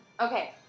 Okay